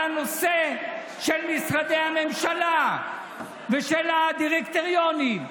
הנושא של משרדי הממשלה ושל הדירקטוריונים,